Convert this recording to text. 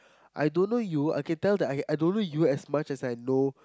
I don't know you I can tell that I I don't know you as much as I know